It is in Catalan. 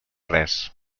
res